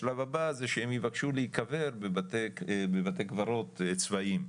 השלב הבא זה שהם יבקשו להיקבר בבתי קברות צבאיים,